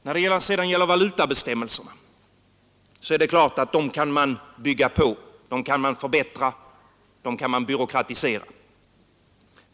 Vad sedan beträffar valutabestämmelserna så är det klart att de kan byggas på, de kan förbättras, de kan byråkratiseras.